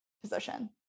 position